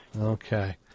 Okay